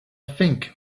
think